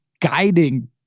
guiding